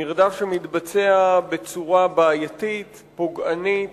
מרדף שמתבצע בצורה בעייתית, פוגענית.